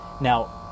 Now